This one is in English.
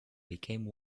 became